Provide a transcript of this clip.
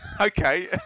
Okay